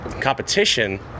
competition